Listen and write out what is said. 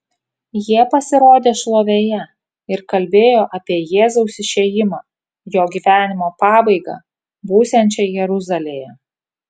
jie pasirodė šlovėje ir kalbėjo apie jėzaus išėjimą jo gyvenimo pabaigą būsiančią jeruzalėje